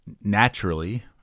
naturally